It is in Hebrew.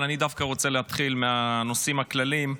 אבל אני דווקא רוצה להתחיל מהנושאים הכלליים,